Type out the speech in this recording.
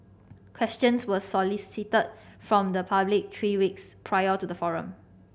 questions were solicited from the public three weeks prior to the forum